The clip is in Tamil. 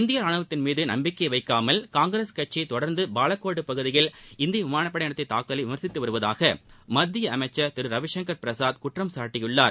இந்திய ராணுவத்தின் மீது நம்பிக்கை வைக்காமல் காங்கிரஸ் கட்சி தொடர்ந்து பாலக்கோடு பகுதியில் இந்திய விமானப்படை நடத்திய தாக்குதலை விமர்சித்து வருவதாக மத்திய அமைச்சர் திரு ரவிசங்கர் பிரசாத் குற்றம் சாட்டியுள்ளார்